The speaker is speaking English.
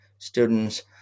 students